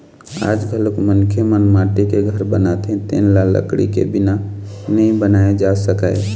आज घलोक मनखे मन माटी के घर बनाथे तेन ल लकड़ी के बिना नइ बनाए जा सकय